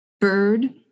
Bird